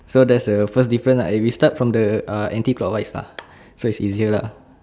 so that's the first difference ah eh we start from the uh anti clockwise lah so it's easier lah